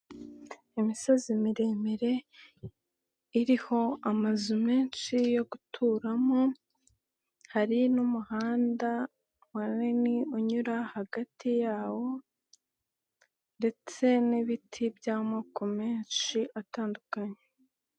Imisozi miremire iriho amazu menshi yo guturamo, hari n'umuhanda mu nini unyura hagati yawo, ndetse n'ibiti by'amoko menshi atandukanye.